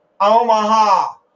Omaha